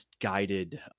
guided